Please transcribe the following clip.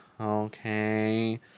Okay